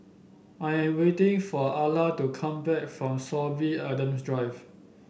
I am waiting for Ala to come back from Sorby Adams Drive